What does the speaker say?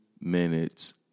minutes